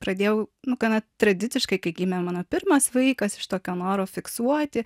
pradėjau nu gana tradiciškai kai gimė mano pirmas vaikas iš tokio noro fiksuoti